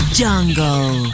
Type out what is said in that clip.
jungle